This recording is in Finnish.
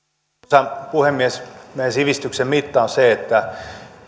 arvoisa puhemies meidän sivistyksen mitta on se